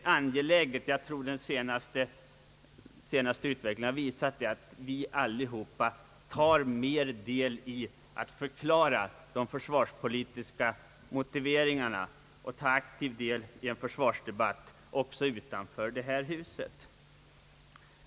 Jag tror den senaste utvecklingen har visat att det är angeläget att fler tar mer del i att förklara de försvarspolitiska motiveringarna och tar aktiv del i en försvarsdebatt också utanför detta hus.